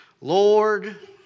Lord